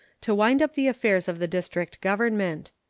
to wind up the affairs of the district government.